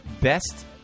best